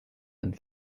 and